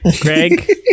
greg